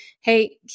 Hey